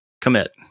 Commit